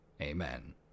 Amen